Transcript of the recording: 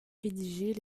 rédiger